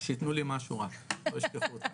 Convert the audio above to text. שיתנו לי משהו רק, שלא ישכחו אותי.